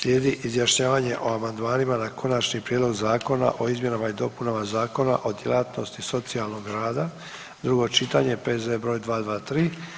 Slijedi izjašnjavanje o amandmanima na Konačni prijedlog zakona o izmjenama i dopunama Zakona o djelatnosti socijalnog rada, drugo čitanje, P.Z. br. 223.